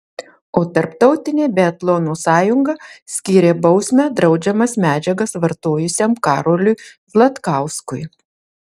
o tarptautinė biatlono sąjunga skyrė bausmę draudžiamas medžiagas vartojusiam karoliui zlatkauskui